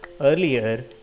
earlier